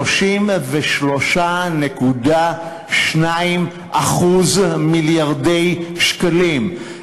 הוא 33.2 מיליארד שקלים.